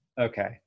Okay